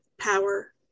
power